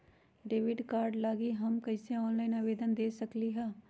Debit card लागी हम कईसे ऑनलाइन आवेदन दे सकलि ह?